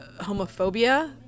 homophobia